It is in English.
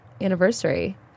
anniversary